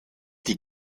die